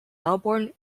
melbourne